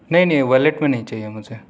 نہیں نہیں ولیٹ میں نہیں چاہئے مجھے